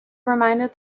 reminded